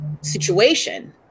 situation